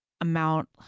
amount